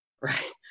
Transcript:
right